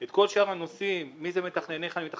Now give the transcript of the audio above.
את כל שאר הנושאים מי מתכנן וכדומה